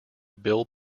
bill